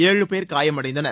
ஏழு பேர் காயமடைந்தனர்